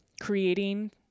creating